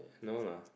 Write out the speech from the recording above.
no lah